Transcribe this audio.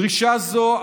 דרישה זו,